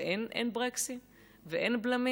אין ברקסים ואין בלמים?